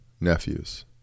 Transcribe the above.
nephews